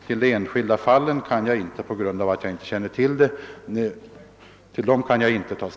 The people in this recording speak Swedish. Till de enskilda fallen kan jag inte ta ställning, eftersom jag inte känner till dem.